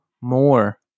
more